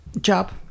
job